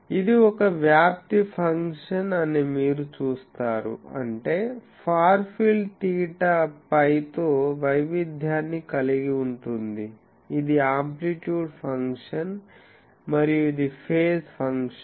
ఇది ఒక వ్యాప్తి ఫంక్షన్ అనీ మీరు చూస్తారు అంటే ఫార్ ఫీల్డ్ తీటా π తో వైవిధ్యాన్ని కలిగి ఉంటుంది ఇది ఆమ్ప్లిట్యూడ్ ఫంక్షన్ మరియు ఇది ఫేజ్ ఫంక్షన్